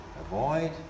avoid